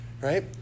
right